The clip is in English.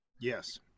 Yes